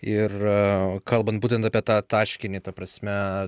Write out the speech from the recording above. ir kalbant būtent apie tą taškinį ta prasme